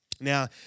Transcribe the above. Now